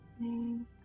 name